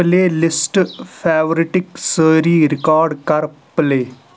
play list فیورِٹٕکۍ سٲری record کَر پٕلے